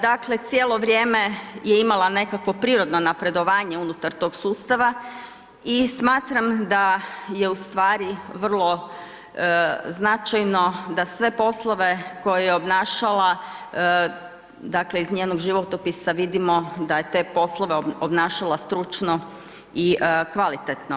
Dakle cijelo vrijeme je imala nekakvo prirodno napredovanje unutar tog sustava i smatram da je vrlo značajno da sve poslove koje je obnašala iz njenog životopisa vidimo da je te poslove obnašala stručno i kvalitetno.